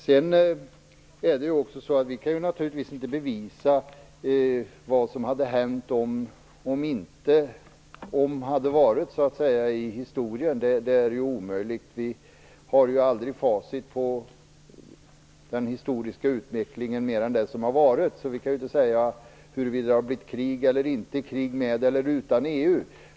Sedan kan vi naturligtvis inte bevisa vad som hade hänt om inte om hade varit i historien, så att säga. Det är omöjligt. Vi har aldrig facit på den historiska utvecklingen i mer än det som har varit, så vi kan inte säga huruvida det hade blivit krig eller inte krig med eller utan EU.